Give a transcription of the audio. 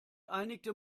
einigte